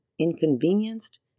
inconvenienced